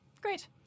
Great